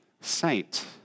Saint